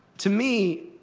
to me,